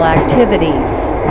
Activities